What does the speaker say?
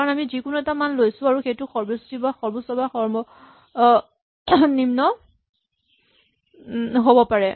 কাৰণ আমি যিকোনো এটা মান লৈছো আৰু সেইটো সৰ্বনিম্ন বা সৰ্বোচ্চ হ'ব পাৰে